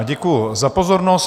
Děkuji za pozornost.